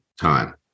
time